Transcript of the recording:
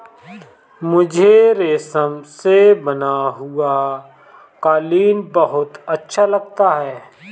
मुझे रेशम से बना हुआ कालीन बहुत अच्छा लगता है